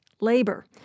labor